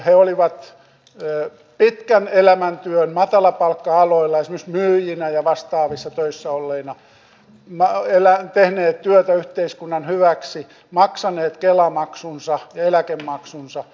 he olivat pitkän elämäntyön matalapalkka aloilla esimerkiksi myyjinä ja vastaavissa töissä olleina tehneet työtä yhteiskunnan hyväksi maksaneet kela maksunsa ja eläkemaksunsa